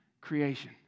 creation